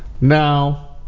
Now